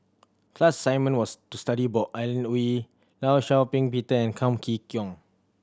class assignment was to study about Alan Oei Law Shau Ping Peter and Kam Kee Kong